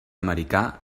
americà